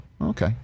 Okay